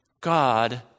God